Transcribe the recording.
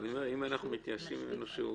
אם אנחנו מתייאשים ממישהו,